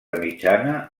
mitjana